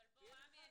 אבל עמי,